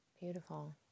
Beautiful